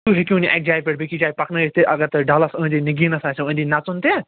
تۄہہِ ہٮ۪کہوٗن یہِ اَکہِ جایہِ پٮ۪ٹھ بیٚیِس جایہِ پکنٲیِتھ تہٕ اگر تۄہہِ ڈَلس أنٛدۍ أنٛدۍ نٔگیٖنس آسٮ۪و أنٛدۍ أنٛدۍ نَژن تہِ